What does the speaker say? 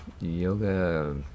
yoga